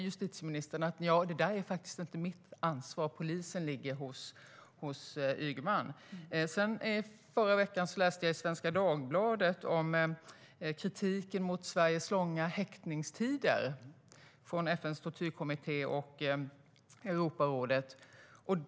Justitieministern svarade att de frågorna inte var hans ansvar utan att polisfrågorna ligger hos Ygeman.I förra veckan läste jag i Svenska Dagbladet om kritiken från FN:s tortyrkommitté och Europarådet mot de långa häktningstiderna i Sverige.